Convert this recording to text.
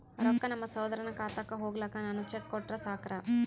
ರೊಕ್ಕ ನಮ್ಮಸಹೋದರನ ಖಾತಕ್ಕ ಹೋಗ್ಲಾಕ್ಕ ನಾನು ಚೆಕ್ ಕೊಟ್ರ ಸಾಕ್ರ?